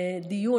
דיון,